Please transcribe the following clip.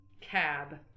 cab